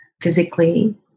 physically